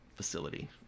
facility